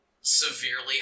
severely